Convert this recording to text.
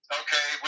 okay